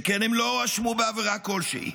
שכן הם לא הואשמו בעבירה כלשהי